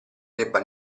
debba